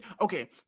okay